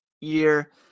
year